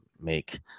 make